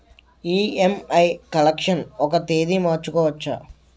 EMI collection ఒక తేదీ మార్చుకోవచ్చా?